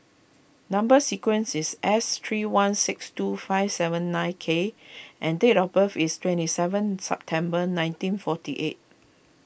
Number Sequence is S three one six two five seven nine K and date of birth is twenty seven September nineteen forty eight